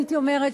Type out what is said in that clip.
הייתי אומרת,